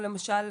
כמו למשל,